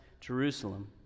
Jerusalem